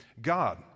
God